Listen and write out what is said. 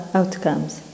outcomes